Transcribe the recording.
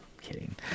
Kidding